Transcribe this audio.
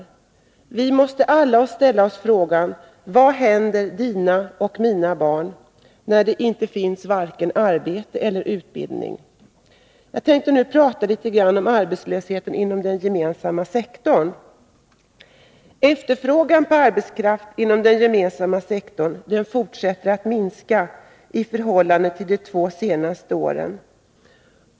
Alla måste vi ställa oss frågan: Vad händer dina och mina barn när det inte finns vare sig arbete eller utbildning? Jag tänker nu tala om arbetslösheten inom den gemensamma sektorn. Efterfrågan på arbetskraft inom den gemensamma sektorn fortsätter att minska i förhållande till vad som varit fallet under de två senaste åren.